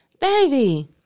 Baby